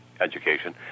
education